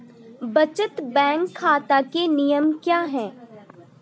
बचत बैंक खाता के नियम क्या हैं?